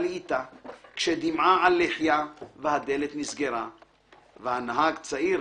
לאטה/ כשדמעה על לחיה והדלת נסגרה./ והנהג צעיר